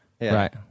Right